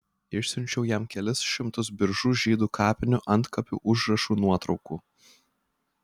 išsiunčiau jam kelis šimtus biržų žydų kapinių antkapių užrašų nuotraukų